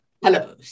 hello